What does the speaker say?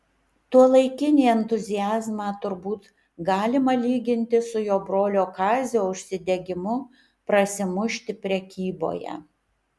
tuolaikinį entuziazmą turbūt galima lyginti su jo brolio kazio užsidegimu prasimušti prekyboje